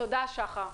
תודה שחר.